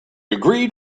agreed